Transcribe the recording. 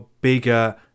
bigger